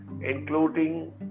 including